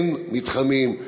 אין מתחמים.